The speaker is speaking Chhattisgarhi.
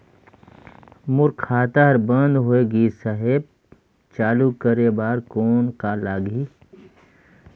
मोर खाता हर बंद होय गिस साहेब चालू करे बार कौन का लगही?